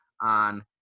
on